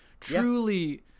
Truly